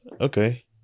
okay